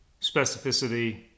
Specificity